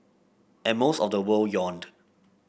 and most of the world yawned